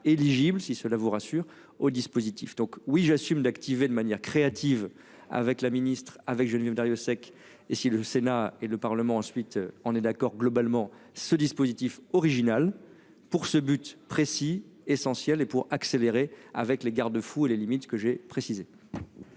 si cela vous rassure au dispositif donc oui j'assume d'activer de manière créative avec la ministre avec Geneviève Darrieussecq et si le Sénat et le Parlement, ensuite on est d'accord globalement ce dispositif original pour ce but précis essentiel et pour accélérer avec les garde-fous et les limites que j'ai précisé.